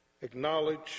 acknowledge